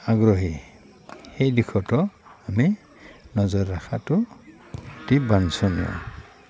আগ্ৰহী সেই দিশটো আমি নজৰ ৰখাটো অতি বাঞ্চনীয়